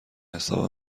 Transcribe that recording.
حساب